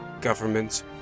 governments